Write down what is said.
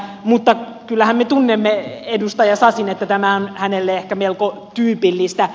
mutta kyllähän me tunnemme edustaja sasin että tämä on hänelle ehkä melko tyypillistä